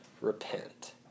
repent